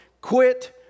Quit